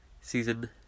Season